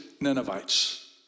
Ninevites